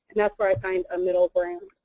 that's where i find a middle ground.